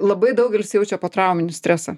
labai daugelis jaučia potrauminį stresą